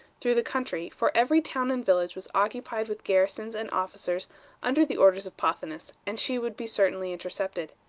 through the country, for every town and village was occupied with garrisons and officers under the orders of pothinus, and she would be certainly intercepted.